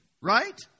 Right